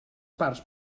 parts